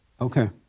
Okay